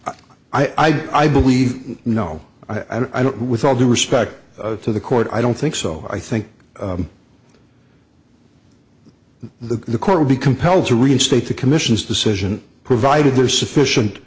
have i believe no i don't with all due respect to the court i don't think so i think the court would be compelled to reinstate the commission's decision provided there are sufficient